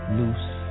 loose